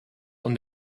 und